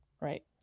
Right